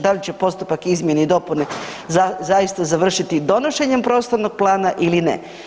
Da li će postupak izmjene i dopune zaista završiti donošenjem Prostornog plana ili ne.